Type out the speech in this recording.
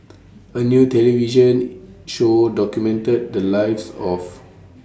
A New television Show documented The Lives of